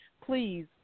please